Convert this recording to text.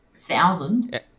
Thousand